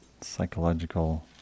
psychological